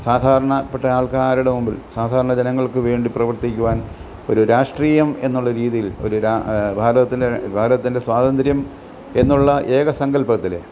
സാധാരണ പെട്ട ആൾക്കാരുടെ മുമ്പിൽ സാധാരണ ജനങ്ങൾക്ക് വേണ്ടി പ്രവർത്തിക്കുവാൻ ഒരു രാഷ്ട്രീയം എന്നുള്ള രീതിയിൽ ഒരു ഭാരതത്തിന് ഭാരതത്തിൻ്റെ സ്വാതന്ത്ര്യം എന്നുള്ള ഏക സങ്കല്പത്തിൽ